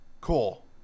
cool